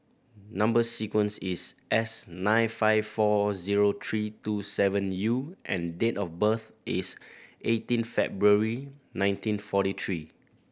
number sequence is S nine five four zero three two seven U and date of birth is eighteen February nineteen forty three